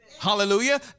Hallelujah